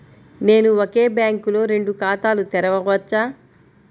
నేను ఒకే బ్యాంకులో రెండు ఖాతాలు తెరవవచ్చా?